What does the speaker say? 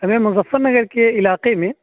ہمیں مظفرنگر کے علاقے میں